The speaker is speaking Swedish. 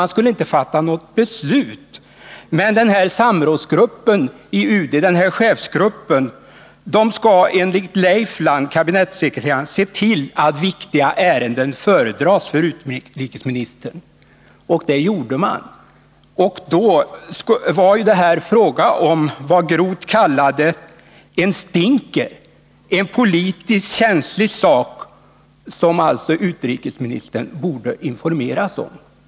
Man skulle inte fatta något beslut, men den här chefsgruppen i UD skall enligt kabinettssekreterare Leifland se till att viktiga ärenden föredras för utrikesministern, och det gjorde man alltså. Det var här fråga om vad Groth kallade ”en stinker”, en politiskt känslig sak, som alltså utrikesministern borde informeras om.